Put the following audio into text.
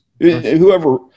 Whoever